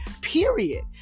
period